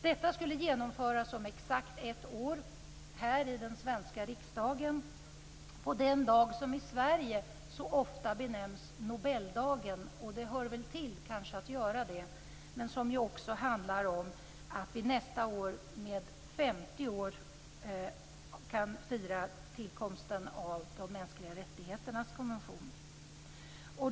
Detta skulle genomföras om exakt ett år här i den svenska riksdagen på den dag som i Sverige så ofta benämns Nobeldagen. Det hör kanske till att göra det, men det handlar också om att vi nästa år kan fira att det har gått 50 år sedan tillkomsten av de mänskliga rättigheternas konvention.